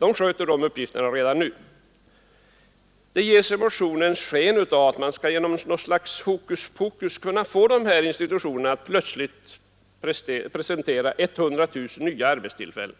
Det ges i motionen sken av att man genom något slags hokus-pokus skall kunna få dessa institutioner att plötsligt presentera 100 000 nya arbetstillfällen.